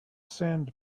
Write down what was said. sand